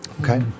Okay